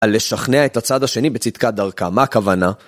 על לשכנע את הצד השני בצדקת דרכם. מה הכוונה?